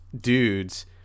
dudes